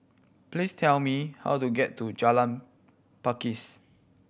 please tell me how to get to Jalan Pakis